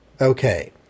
Okay